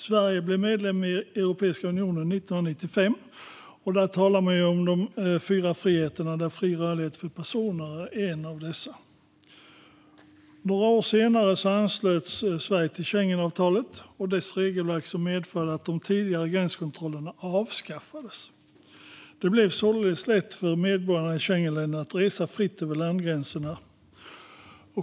Sverige blev 1995 medlem i Europeiska unionen, och där talar man om de fyra friheterna, varav fri rörlighet för personer är en. Några år senare anslöts Sverige till Schengenavtalet och dess regelverk, vilket medförde att de tidigare gränskontrollerna avskaffades. Det blev således lätt för medborgarna i Schengenländerna att resa fritt över landgränserna.